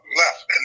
left